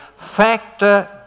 Factor